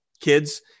kids